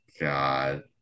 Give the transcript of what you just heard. god